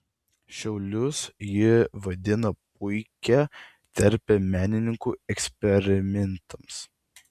šiaulius ji vadina puikia terpe menininkų eksperimentams